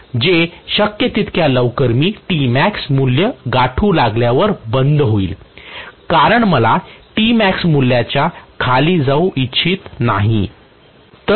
जे शक्य तितक्या लवकर मी मूल्य गाठू लागल्यावर बंद होईल कारण मला मूल्याच्या खाली जाऊ इच्छित नाही